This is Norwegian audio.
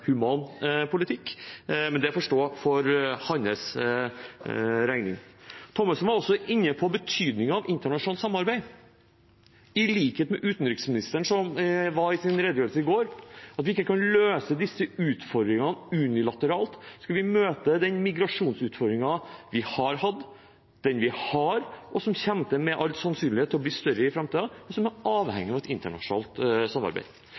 politikk, men det får stå for hans regning. Thommessen var også inne på betydningen av internasjonalt samarbeid, i likhet med utenriksministeren, som sa i sin redegjørelse i går at vi ikke kan løse disse utfordringene unilateralt. Skal vi møte den migrasjonsutfordringen vi har hatt, og den vi har, som etter all sannsynlighet kommer til å bli større i framtiden, er vi avhengig av et internasjonalt samarbeid.